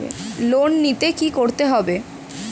Loan নিতে কী করতে হবে?